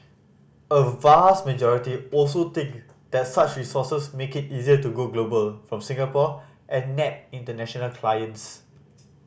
a vast majority also think that such resources make it easier to go global from Singapore and nab international clients